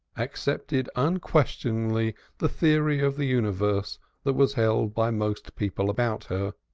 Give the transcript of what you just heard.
accepted unquestioningly the theory of the universe that was held by most people about her,